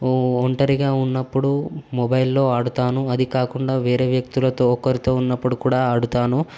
ఒంటరిగా ఉన్నప్పుడు మొబైల్లో ఆడతాను అదే కాకుండా వేరే వ్యక్తులతో ఒకరితో ఉన్నప్పుడు కూడా ఆడతాను